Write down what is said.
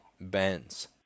bands